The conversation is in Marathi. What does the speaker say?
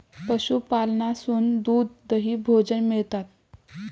पशूपालनासून दूध, दही, भोजन मिळता